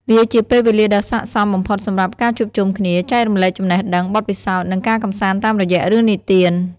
វាជាពេលវេលាដ៏ស័ក្តិសមបំផុតសម្រាប់ការជួបជុំគ្នា ចែករំលែកចំណេះដឹង បទពិសោធន៍ និងការកម្សាន្តតាមរយៈរឿងនិទាន ។